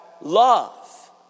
love